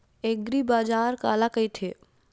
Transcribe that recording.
एग्रीबाजार काला कइथे?